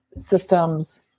systems